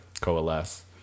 coalesce